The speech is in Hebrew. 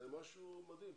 זה משהו מדהים,